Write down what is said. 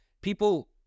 people